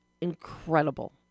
incredible